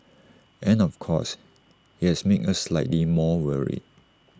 and of course IT has made us slightly more worried